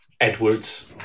Edwards